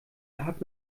hat